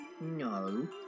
No